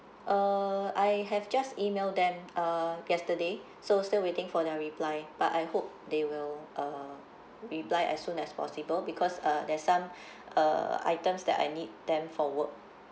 uh I have just email them uh yesterday so still waiting for their reply but I hope they will uh reply as soon as possible because uh there's some uh items that I need them for work